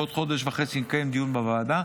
בעוד חודש וחצי נקיים דיון בוועדה,